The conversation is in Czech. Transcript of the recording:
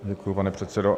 Děkuji, pane předsedo.